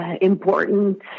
important